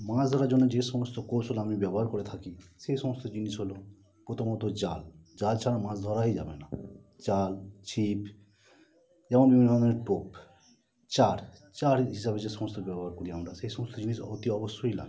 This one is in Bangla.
মাছ ধরার জন্য যে সমস্ত কৌশল আমি ব্যবহার করে থাকি সেই সমস্ত জিনিস হলো প্রথমত জাল জাল ছাড়া মাছ ধরাই যাবে না জাল ছিপ যেমন বিভিন্ন ধরনের টোপ চার চার হি হিসাবে সে সমস্ত ব্যবহার করি আমরা সেই সমস্ত জিনিস অতি অবশ্যই লাগে